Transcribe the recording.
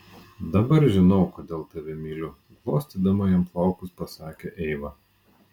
dabar žinau kodėl tave myliu glostydama jam plaukus pasakė eiva